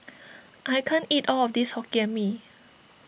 I can't eat all of this Hokkien Mee